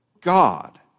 God